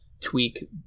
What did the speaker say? tweak